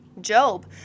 Job